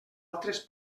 altres